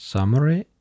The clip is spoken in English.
Summary